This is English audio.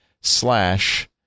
slash